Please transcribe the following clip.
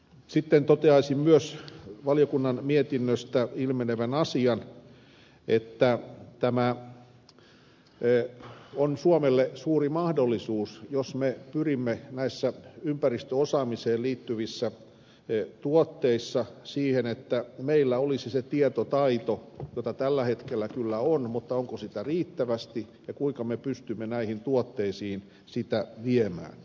sitten toteaisin myös valiokunnan mietinnöstä ilmenevän asian että tämä on suomelle suuri mahdollisuus jos me pyrimme näissä ympäristöosaamiseen liittyvissä tuotteissa siihen että meillä olisi se tietotaito jota tällä hetkellä kyllä on mutta onko sitä riittävästi ja kuinka me pystymme näihin tuotteisiin sitä viemään